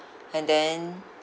and then